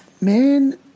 man